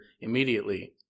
immediately